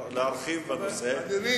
להרחיב בנושא.